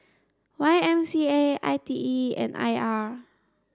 Y M C A I T E and I R